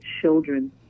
children